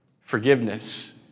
forgiveness